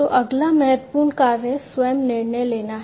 तो अगला महत्वपूर्ण कार्य स्वयं निर्णय लेना है